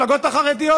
והמפלגות החרדיות,